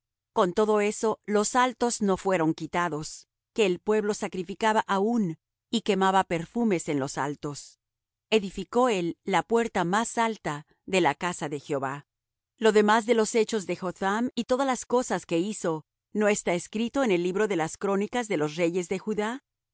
con todo eso los altos no fueron quitados que el pueblo sacrificaba aún y quemaba perfumes en los altos edificó él la puerta más alta de la casa de jehová lo demás de los hechos de jotham y todas las cosas que hizo no está escrito en el libro de las crónicas de los reyes de judá